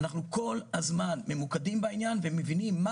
אנחנו כל הזמן ממוקדים בעניין ומבינים מה